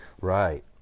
Right